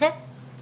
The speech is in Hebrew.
ולכן